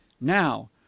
Now